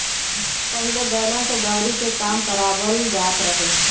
पहिले बैलन से दवरी के काम करवाबल जात रहे